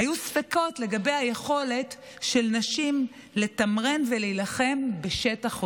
היו ספקות לגבי היכולת של נשים לתמרן ולהילחם בשטח אויב.